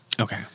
Okay